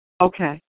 Okay